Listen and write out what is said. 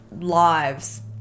lives